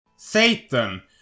Satan